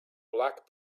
black